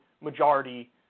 majority